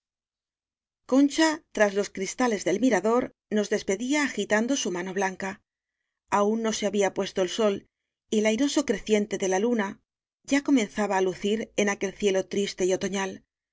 concha iras los cristales del mirador nos despedía agitando su mano blanca aún no se había puesto el sol y el airoso creciente de la luna ya comenzaba a lucir en aquel cielo triste y otoñal